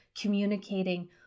communicating